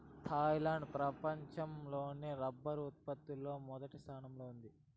Thailand ప్రపంచం లోనే rubber ఉత్పత్తి లో మొదటి స్థానంలో ఉంది